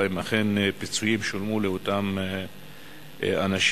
אם אכן פיצויים שולמו לאותם אנשים.